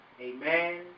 Amen